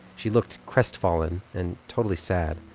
she looked crestfallen and totally sad.